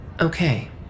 Okay